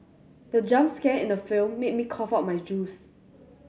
the jump scare in the film made me cough out my juice